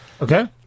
Okay